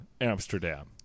Amsterdam